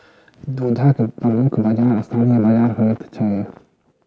दूधक प्रमुख बाजार स्थानीय बाजार होइत छै